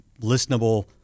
listenable